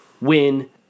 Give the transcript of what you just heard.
win